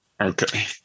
Okay